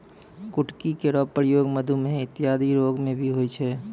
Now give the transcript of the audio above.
कुटकी केरो प्रयोग मधुमेह इत्यादि रोग म भी होय छै